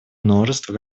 множество